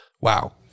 Wow